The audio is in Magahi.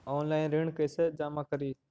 ऑनलाइन ऋण कैसे जमा करी?